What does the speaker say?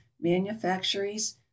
manufactories